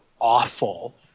awful